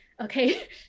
Okay